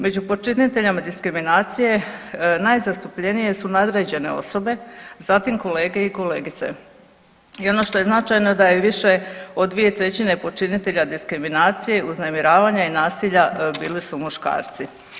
Među počiniteljima diskriminacije najzastupljenije su nadređene osobe, zatim kolege i kolegice i ono što je značajno, da je više od 2/3 počinitelja diskriminacije, uznemiravanja i nasilja, bili su muškarci.